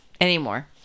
anymore